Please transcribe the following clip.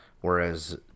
Whereas